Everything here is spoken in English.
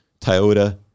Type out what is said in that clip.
Toyota